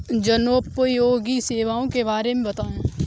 जनोपयोगी सेवाओं के बारे में बताएँ?